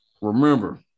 remember